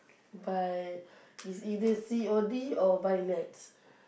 but it's either C_O_D or by Nets